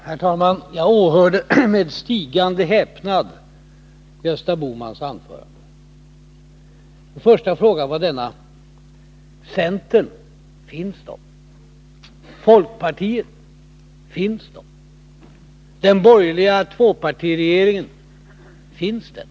Herr talman! Jag åhörde med stigande häpnad Gösta Bohmans anförande. Hans första frågor var: Centern, finns den? Folkpartiet, finns det? Den borgerliga tvåpartiregeringen, finns den?